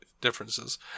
differences